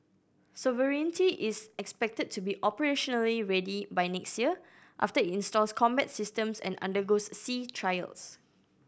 sovereignty is expected to be operationally ready by next year after it installs combat systems and undergoes sea trials